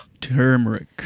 Turmeric